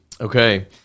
Okay